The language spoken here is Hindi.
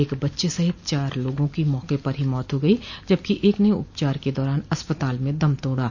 एक बच्चे सहित चार लोगों की मौके पर ही मौत हो गई जबकि एक ने उपचार के दौरान अस्पताल में दम तोड़ा